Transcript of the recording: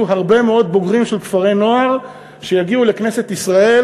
הרבה מאוד בוגרים של כפרי-נוער שיגיעו לכנסת ישראל,